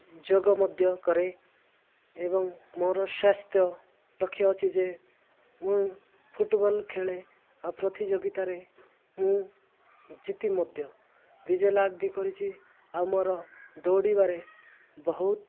ଯୋଗ ମଧ୍ୟ କରେ ଏବଂ ମୋର ସ୍ୱାସ୍ଥ୍ୟ ଲକ୍ଷ୍ୟ ଅଛି ଯେ ମୁଁ ଫୁଟ୍ବଲ୍ ଖେଳେ ଆଉ ପ୍ରତିଯୋଗିତାରେ ମୁଁ ଜିତି ମଧ୍ୟ ବିଜୟ ଲାଭ ବି କରିଛିି ଆଉ ମୋର ଦୌଡ଼ିବାରେ ବହୁତ